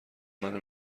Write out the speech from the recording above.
منو